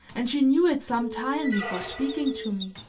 and she knew it some time before speaking to me.